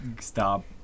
stop